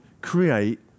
create